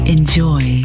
Enjoy